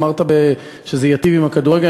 אמרת שזה ייטיב עם הכדורגל,